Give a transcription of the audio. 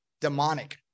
demonic